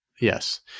Yes